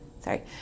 sorry